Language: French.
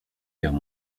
guerre